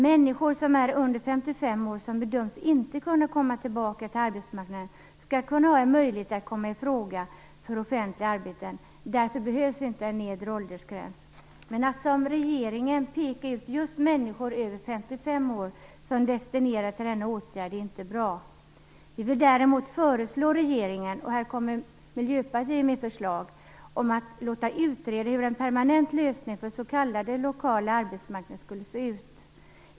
Människor som är under 55 år och som inte bedöms kunna komma tillbaka på arbetsmarknaden skall ha en möjlighet att komma i fråga för offentliga arbeten. Därför behövs inte en nedre åldersgräns. Att som regeringen peka ut just människor över 55 år som destinerade för denna åtgärd är inte bra. Vi vill därför föreslå regeringen - det är Miljöpartiets förslag - att låta utreda hur en permanent lösning för s.k. lokala arbetsmarknader kan se ut.